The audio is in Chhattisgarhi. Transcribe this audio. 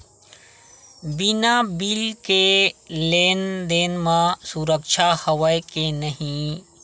बिना बिल के लेन देन म सुरक्षा हवय के नहीं?